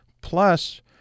Plus